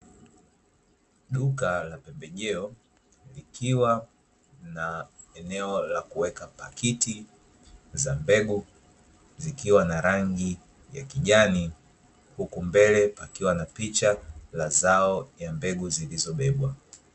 Duka la pembejeo likiwa na eneo la kuweka pakiti za mbegu, zikiwa na rangi ya kijani, huku mbele pakiwa na picha la zao ya mbegu zilizobebwa.